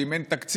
שאם אין תקציב,